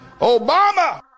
Obama